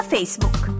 Facebook